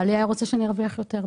בעלי היה רוצה שאני ארוויח יותר,